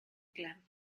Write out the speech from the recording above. clan